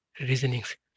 reasonings